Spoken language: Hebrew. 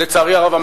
לצערי הרב,